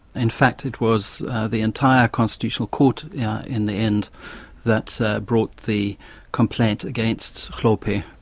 in fact it was the entire constitutional court in the end that brought the complaint against hlophe,